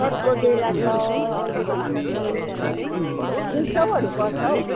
सर्टको ज्याला त अहिलेको हिसाबले दुई सयहरू पर्छ हौ